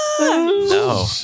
No